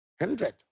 Hundred